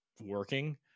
working